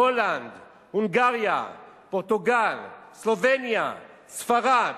הולנד, הונגריה, פורטוגל, סלובניה, ספרד,